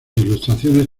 ilustraciones